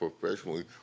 professionally